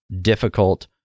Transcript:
difficult